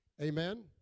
Amen